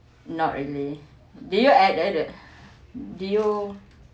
not really did you add add uh do you